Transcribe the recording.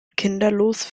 kinderlos